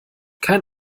kein